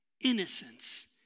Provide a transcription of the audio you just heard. innocence